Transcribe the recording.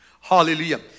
Hallelujah